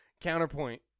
Counterpoint